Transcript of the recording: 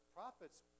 prophet's